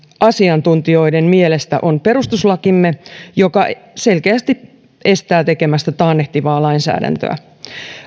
asiantuntijoiden mielestä on perustuslakimme joka selkeästi estää tekemästä taannehtivaa lainsäädäntöä